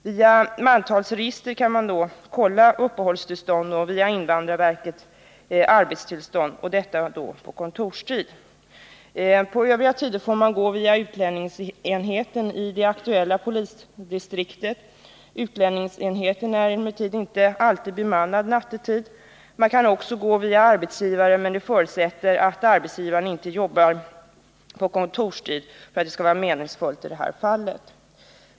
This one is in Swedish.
Via mantalsregister kan man kontrollera uppehållstillstånd, och via invandrarverket kan på kontorstid arbetstillstånd kontrolleras. På övriga tider får man gå via utlänningsenheten i det aktuella polisdistriktet, Utlänningsenheten är emellertid inte alltid bemannad nattetid. Man kan också gå via arbetsgivare, men det förutsätter att arbetsgivaren inte jobbar på kontorstid, för att det skall vara meningsfullt i det här fallet.